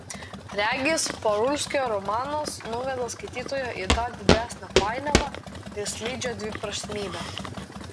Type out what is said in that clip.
regis parulskio romanas nuveda skaitytoją į dar didesnę painiavą ir slidžią dviprasmybę